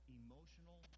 emotional